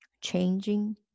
changing